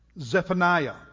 Zephaniah